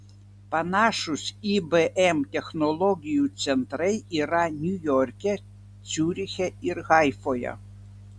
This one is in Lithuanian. panašūs ibm technologijų centrai yra niujorke ciuriche ir haifoje